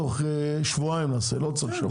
תוך שבועיים נעשה, לא צריך שבוע.